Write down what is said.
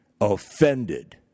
offended